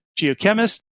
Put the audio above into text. geochemist